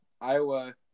Iowa